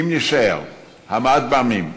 אם נישאר המעט בעמים,